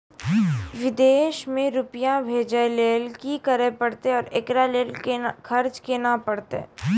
विदेश मे रुपिया भेजैय लेल कि करे परतै और एकरा लेल खर्च केना परतै?